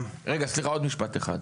עוד משפט אחד.